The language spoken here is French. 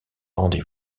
rendez